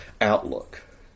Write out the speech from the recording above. outlook